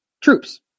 troops